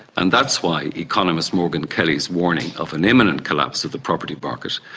and that's why economist morgan kelly's warning of an imminent collapse of the property market,